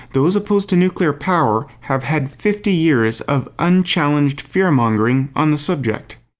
those opposed to nuclear power have had fifty years of unchallenged fear mongering on the subject.